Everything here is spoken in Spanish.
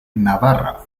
navarra